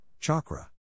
chakra